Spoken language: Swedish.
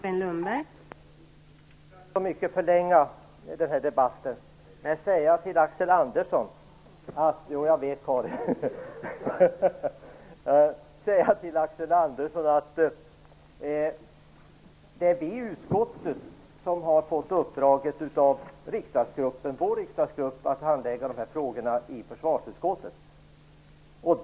Fru talman! Jag vill inte förlänga denna debatt, men jag vill säga till Axel Andersson att det är vi i utskottet som har fått riksdagsgruppens, vår riksdagsgrupps, uppdrag att handlägga dessa frågor i försvarsutskottet.